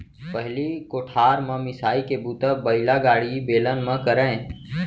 पहिली कोठार म मिंसाई के बूता बइलागाड़ी, बेलन म करयँ